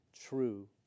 true